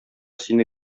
сине